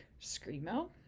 screamo